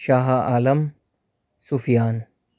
شاہ Alam سفیان